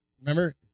Remember